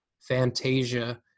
Fantasia